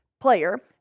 player